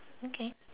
okay